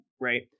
right